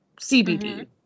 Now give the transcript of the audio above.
CBD